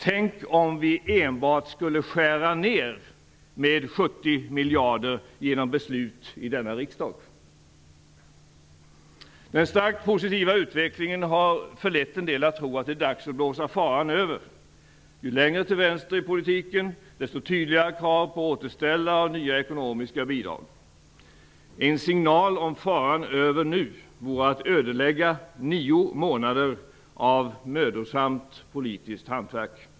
Tänk om vi enbart skulle skära ned med 70 miljarder genom beslut i denna riksdag! Den starkt positiva utvecklingen har förlett en del att tro att det är dags att blåsa faran över. Ju längre till vänster i politiken, desto tydligare krav på återställare och nya ekonomiska bidrag. En signal om att faran nu är vore att ödelägga nio månader av mödosamt politiskt hantverk.